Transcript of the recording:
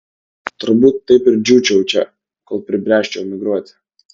turbūt taip ir džiūčiau čia kol pribręsčiau emigruoti